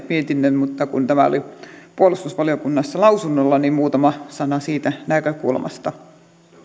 mietinnön mutta kun tämä oli puolustusvaliokunnassa lausunnolla niin muutama sana siitä näkökulmasta